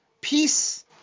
peace